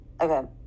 okay